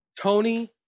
Tony